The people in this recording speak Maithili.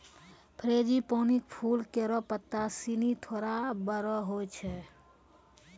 फ़्रेंजीपानी क फूल केरो पत्ता सिनी थोरो बड़ो होय छै